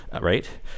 right